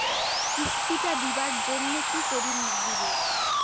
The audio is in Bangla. কিস্তি টা দিবার জন্যে কি করির লাগিবে?